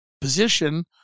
position